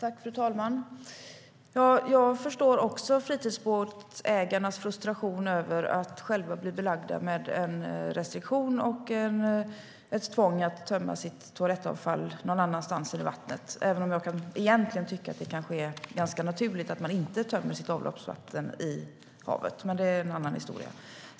Fru talman! Jag förstår fritidsbåtsägarnas frustration över att bli belagda med en restriktion och ett tvång att tömma sitt toalettavfall någon annanstans än i vattnet, även om jag egentligen kan tycka att det är naturligt att man inte tömmer sitt avloppsvatten i havet, men det är en annan historia.